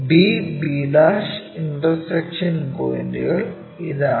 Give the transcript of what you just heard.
b b' intersection പോയിന്റുകൾ ഇതാണ്